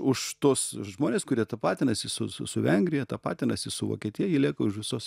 už tuos žmones kurie tapatinasi su su su vengrija tapatinasi su vokietija jie lieka už visos